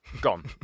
Gone